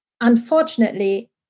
unfortunately